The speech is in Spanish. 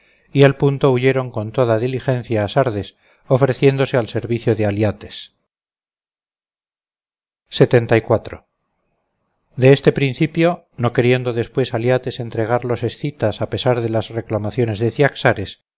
y al punto huyeron con toda diligencia a sardes ofreciéndose al servicio de aliates de este principio no queriendo después aliates entregar los escitas a pesar de las reclamaciones de ciaxares se